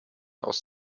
aus